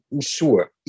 sure